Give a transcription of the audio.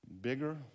bigger